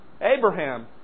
Abraham